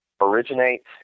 originates